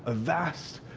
ah vast,